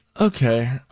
Okay